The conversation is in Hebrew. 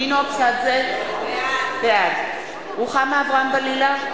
נינו אבסדזה, בעד רוחמה אברהם-בלילא,